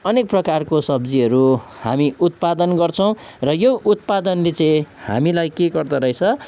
अनेक प्रकारको सब्जीहरू हामी उत्पादन गर्छौँ र यो उत्पादनले चाहिँ हामीलाई के गर्दोरहेछ